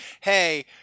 Hey